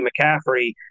McCaffrey